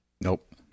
Nope